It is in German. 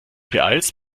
beeilst